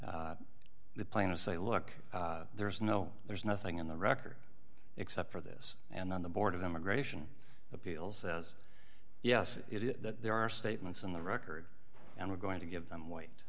the plaintiffs say look there's no there's nothing in the record except for this and then the board of immigration appeals as yes it is that there are statements in the record and we're going to give them white